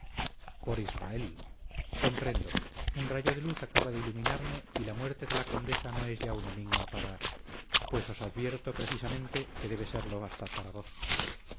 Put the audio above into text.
por israel comprendo un rayo de luz acaba de iluminarme y la muerte de la condesa no es ya un enigma para pues os advierto precisamente que debe serlo hasta para vos